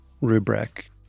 rubric